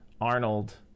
Arnold